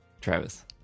Travis